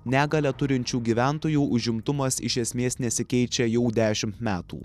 negalią turinčių gyventojų užimtumas iš esmės nesikeičia jau dešimt metų